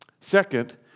Second